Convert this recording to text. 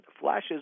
flashes